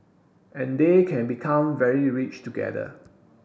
and they can become very rich together